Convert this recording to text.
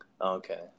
Okay